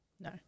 No